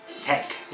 tech